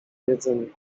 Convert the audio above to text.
jedzenie